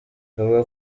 avuga